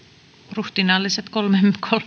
ruhtinaalliset kolme minuuttia